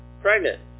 pregnant